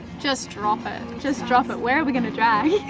just drop it. just drop it. where are we going to drag?